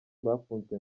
bafunzwe